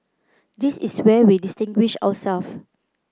this is where we distinguish ourselves